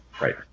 Right